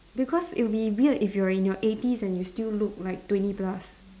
because it'll be weird if you're in your eighties and you still look like twenty plus